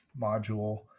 module